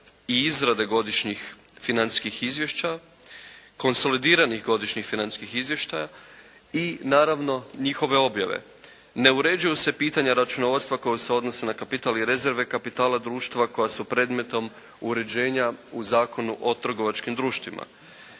i izrade godišnjih financijskih izvješća, konsolidiranih godišnjih financijskih izvještaja i naravno njihove objave. Ne uređuju se pitanja računovodstva koje se odnose na kapital i rezerve kapitala društva koja su predmetom uređenja u Zakonu o trgovačkim društvima.